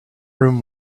room